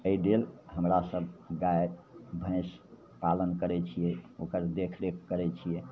एहिलेल हमरासभ गाइ भैँस पालन करै छिए ओकर देखरेख करै छिए